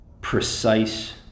precise